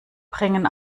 bringen